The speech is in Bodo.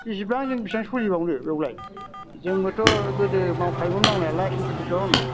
बिसिबां जों बिसाबां सयज'बावनो बेवलाय जोंबोथ' गोदो मावखायोमोन मावनायालाय खेथि खिथन